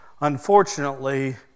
unfortunately